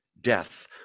Death